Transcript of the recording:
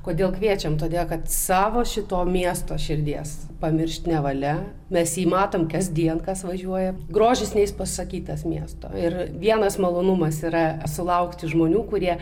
kodėl kviečiam todėl kad savo šito miesto širdies pamiršt nevalia mes jį matom kasdien kas važiuoja grožis neišpasakytas miesto ir vienas malonumas yra sulaukti žmonių kurie